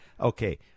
okay